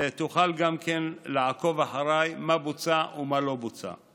שתוכל גם לעקוב אחרי מה שבוצע ומה שלא בוצע.